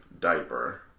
diaper